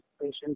Patients